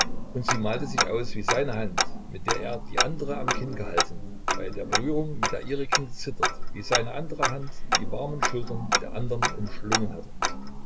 und sie malte sich aus wie seine hand mit der er die andere am kinn gehalten bei der berührung mit der ihrigen gezittert wie seine andere hand die warmen schultern der andern umschlungen hatte